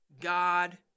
God